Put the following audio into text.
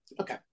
Okay